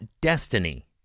destiny